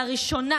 לראשונה,